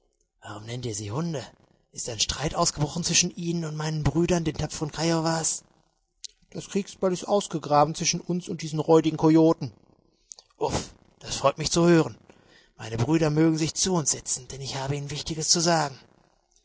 warum nennt ihr sie hunde ist ein streit ausgebrochen zwischen ihnen und meinen brüdern den tapfern kiowas das kriegsbeil ist ausgegraben zwischen uns und diesen räudigen coyoten uff das freut mich zu hören meine brüder mögen sich zu uns setzen denn ich habe ihnen wichtiges zu sagen